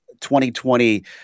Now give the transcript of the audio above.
2020